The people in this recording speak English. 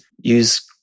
use